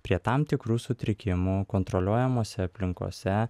prie tam tikrų sutrikimų kontroliuojamose aplinkose